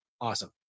awesome